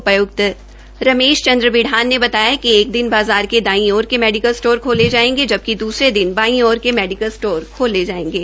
उपायुक्त रमेश बिढ़ान ने बताया कि एक दिन बाज़ार के दाई और के मेडिकल स्टोर खोले जायेंगे जबकि दूसरे दिन बाई के मेडिकल स्टोर ख्लेंगे